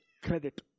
credit